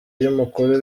y’umukuru